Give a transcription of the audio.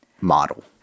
model